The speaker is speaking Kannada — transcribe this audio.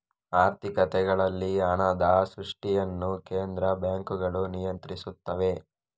ಆರ್ಥಿಕತೆಗಳಲ್ಲಿ ಹಣದ ಸೃಷ್ಟಿಯನ್ನು ಕೇಂದ್ರ ಬ್ಯಾಂಕುಗಳು ನಿಯಂತ್ರಿಸುತ್ತವೆ